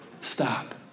Stop